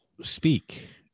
speak